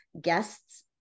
guests